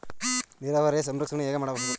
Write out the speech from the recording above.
ನೀರಾವರಿಯ ಸಂರಕ್ಷಣೆಯನ್ನು ಹೇಗೆ ಮಾಡಬಹುದು?